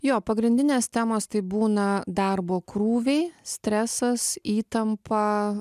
jo pagrindinės temos tai būna darbo krūviai stresas įtampa